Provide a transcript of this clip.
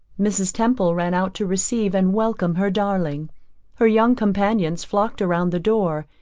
mrs. temple ran out to receive and welcome her darling her young companions flocked round the door,